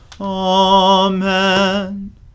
Amen